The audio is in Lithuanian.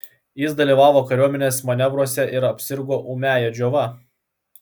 jis dalyvavo kariuomenės manevruose ir apsirgo ūmiąja džiova